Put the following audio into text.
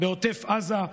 בעוטף עזה,